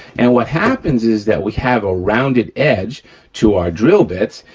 and what happens is that we have a rounded edge to our drill bits,